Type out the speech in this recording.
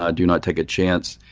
ah do not take a chance.